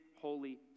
Holy